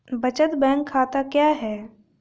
बचत बैंक खाता क्या है?